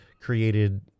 created